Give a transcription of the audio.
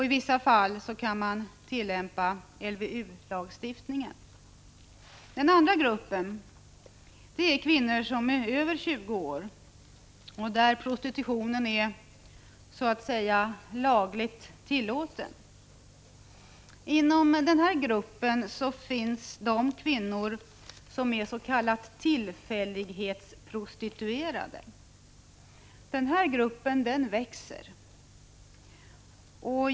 I vissa fall kan LVU tillämpas. Den andra gruppen består av kvinnor som är över 20 år och för vilka prostitutionen är lagligt tillåten. Här återfinns de kvinnor som är s.k. tillfällighetsprostituerade. Denna grupp växer.